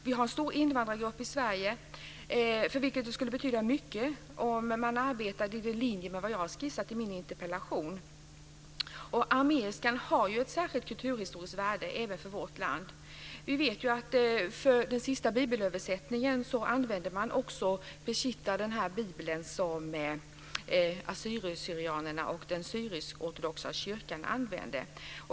Vi har en stor invandrargrupp i Sverige för vilken det skulle betyda mycket om man arbetade i linje med vad jag har skissat i min interpellation. Arameiskan har ett särskilt kulturhistoriskt värde även för vårt land. Vi vet att i den senaste bibelöversättningen använde man Peshitta, den bibel som assyrier/syrianerna och den syrisk-ortodoxa kyrkan använder.